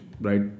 right